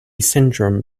syndrome